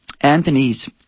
Anthony's